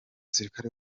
musirikare